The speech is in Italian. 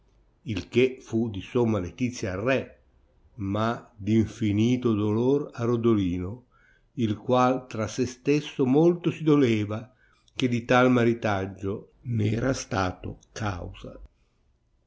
il che fu di somma letizia al re ma d'infinito dolor a rodolino il qual tra se stesso molto si doleva che di tal maritaggio ne era stato causa